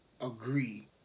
agree